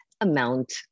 amount